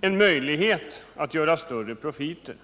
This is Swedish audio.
en möjlighet att göra större profiter.